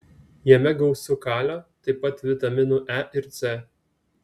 jame gausu kalio taip pat vitaminų e ir c